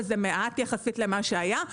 וזה מעט יחסית למה שהיה,